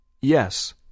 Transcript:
Yes